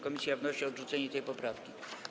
Komisja wnosi o odrzucenie tej poprawki.